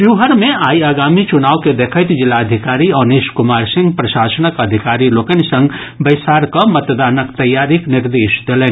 शिवहर मे आइ आगामी चुनाव के देखैत जिलाधिकारी आवनीश कुमार सिंह प्रशासनक अधिकारी लोकनि संग बैसार कऽ मतदानक तैयारीक निर्देश देलनि